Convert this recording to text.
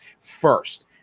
first